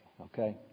okay